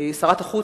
שרת החוץ,